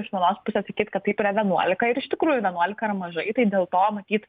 iš vienos pusės sakyt kad taip yra vienuolika ir iš tikrųjų vienuolika ar mažai tai dėl to matyt